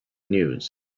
news